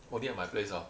only at my place ah